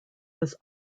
was